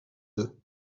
deux